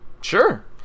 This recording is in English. Sure